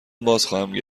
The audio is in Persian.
بازخواهم